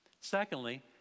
Secondly